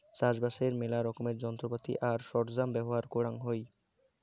চাষবাসের মেলা রকমের যন্ত্রপাতি আর সরঞ্জাম ব্যবহার করাং হই